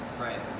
Right